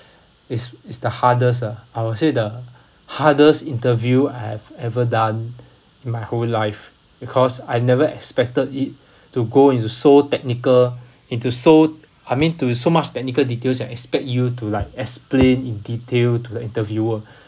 is is the hardest lah I would say the hardest interview I have ever done in my whole life because I never expected it to go into so technical into so I mean to so much technical details and expect you to like explain in detail to the interviewer